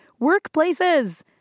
Workplaces